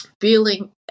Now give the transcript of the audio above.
feeling